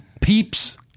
Peeps